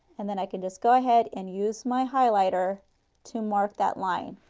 and then i can just go ahead and use my highlighter to mark that line.